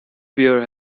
beer